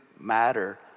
matter